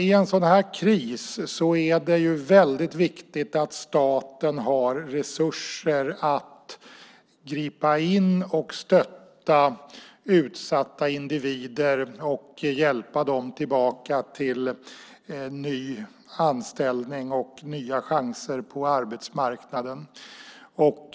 I en sådan här kris är det väldigt viktigt att staten har resurser att gripa in och stötta utsatta individer och hjälpa dem tillbaka till ny anställning och nya chanser på arbetsmarknaden.